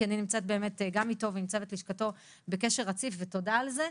כי אני נמצאת באמת גם איתו ועם צוות לשכתו בקשר רציף ותודה על זה.